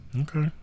Okay